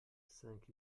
cinq